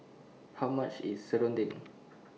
How much IS Serunding